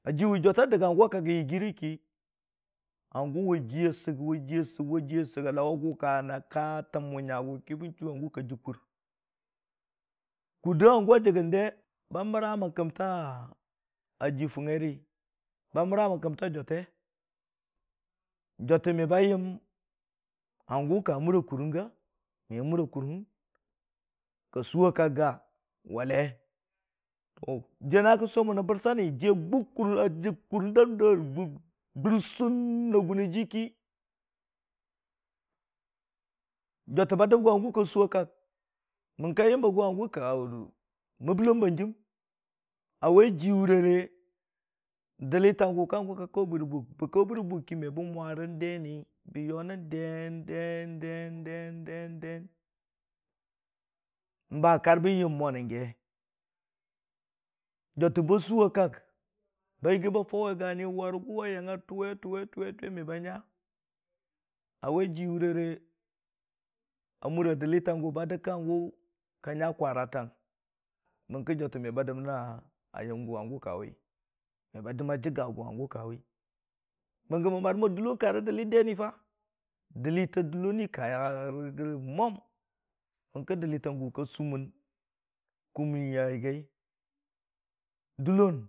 a jiwe Jwʊtə a dəg hanguwa kak yiigiiri ki hangʊwa jiya sək- wa jiwa səka lauwa gʊka ki, bən chuu hangʊ ka jəg kʊr, kʊr də həngʊ a jəggəng de ba mara mən kənta aji fʊggəri, ba məramən kənta jwʊte, jwutə me ba yəm, hangʊ ka mura kʊrhən ga? me mura kʊr hən, ka sʊwa kak ga wa lee? to Jiya nəngnga kən sʊwu mo nəng bərsanni ajiya jəg kurə, a jəg kor dande dursəng a gʊnna dii ki, jwutə ba dəb go hangʊ ka sʊwa kak bəng ka yəmba gʊ hanga ka wi kə hangʊ ba mɨb bəllo hanyim, kə hangʊ ka kaubwi rə bʊg, kə ma bə mwarə deni, bəyoo nən den- den den- den ba karbən yəm mu nən ge. botʊ bo sʊwa kak ba yɨɨgi ba faʊwe gami wargʊ a tʊwe, tʊwe tʊwe, ki me ba nya a wai ji wʊre re a mara dəle ta gu ba dəg hangʊ ba nya kwaran tang, bərki jwʊtee me ba yəm gʊ hangʊ ka wi, ba ba dəmən a dəgga gʊ hangʊ kawi bəngə mən marə mo dəllon ka rə dəlli deni dəlli ta dəwon rə mwam bənkə dəllon karə dəlli deni, bənkə dəllon.